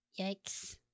Yikes